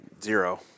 Zero